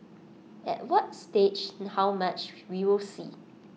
at what stage how much we will see